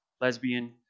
lesbian